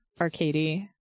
arcady